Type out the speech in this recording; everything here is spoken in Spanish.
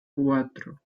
cuatro